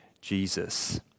Jesus